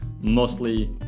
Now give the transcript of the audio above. mostly